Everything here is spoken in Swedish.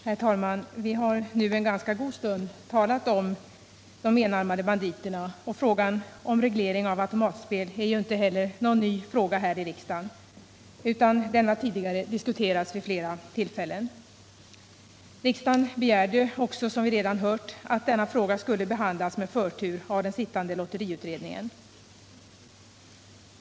Herr talman! Vi har nu en ganska god stund talat om de enarmade banditerna, och frågan om reglering av automatspel är inte heller ny här i riksdagen. Den har tidigare diskuterats vid flera tillfällen. Riksdagen begärde också, som vi redan hört, att denna fråga skulle behandlas med förtur av den sittande lotteriutredningen.